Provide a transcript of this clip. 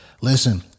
Listen